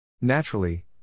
Naturally